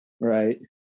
right